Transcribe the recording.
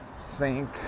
sink